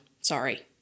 Sorry